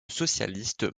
socialiste